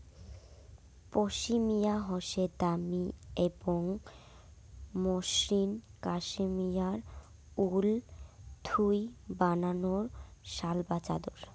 পশমিনা হসে দামি এবং মসৃণ কাশ্মেয়ার উল থুই বানানো শাল বা চাদর